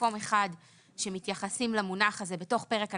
מקום אחד שמתייחסים למונח הזה בתוך פרק הניידות,